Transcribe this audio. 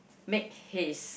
make haze